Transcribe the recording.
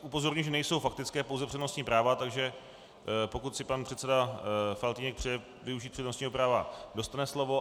Upozorňuji, že nejsou faktické, pouze přednostní práva, takže pokud si pan předseda Faltýnek přeje využít přednostního práva, dostane slovo.